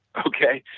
okay,